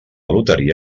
loteria